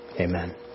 amen